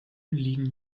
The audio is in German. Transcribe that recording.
liegen